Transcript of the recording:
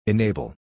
Enable